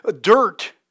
dirt